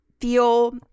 feel